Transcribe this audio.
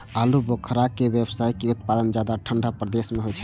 आलू बुखारा के व्यावसायिक उत्पादन ज्यादा ठंढा प्रदेश मे होइ छै